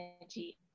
Energy